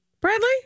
Bradley